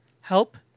help